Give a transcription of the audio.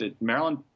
Maryland